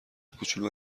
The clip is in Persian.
کوچولو